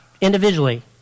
individually